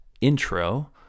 intro